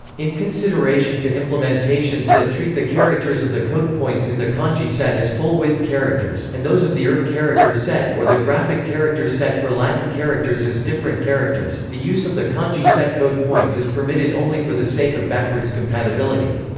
in consideration to implementations that treat the characters of the code points in the kanji set as full-width characters and those of the irv character set or the graphic character set for latin characters as different characters, the use of the kanji set code points is permitted only for the sake of backwards compatibility.